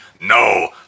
No